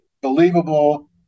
believable